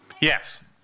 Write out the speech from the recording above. Yes